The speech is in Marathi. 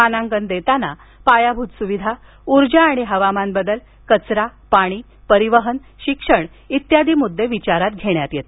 मानांकन देताना पायाभूत सुविधा ऊर्जा आणि हवामान बदल कचरा पाणी परिवहन शिक्षण इत्यादी मुद्दे विचारात घेण्यात आले